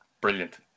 brilliant